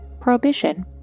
Prohibition